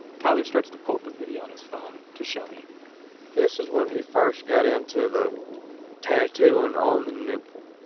tyler starts to pull up a video on his phone to show me this is when he first got into the tattooing on the nipple